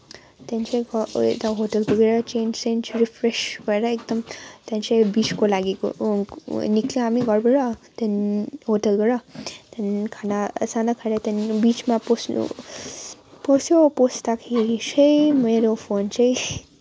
त्यहाँदेखि चाहिँ होटल पुगेर चेन्ज सेन्ज रिफ्रेस भएर एकदम त्यहाँदेखि बिचको लागि निक्ल्यौँ हामी घरबाट त्यहाँदेखि होटेलबाट त्यहाँदेखि खाना साना खाएर त्यहाँदेखि बिचमा पस्नु पस्यो पस्दाखेरि चाहिँ मेरो फोन चाहिँ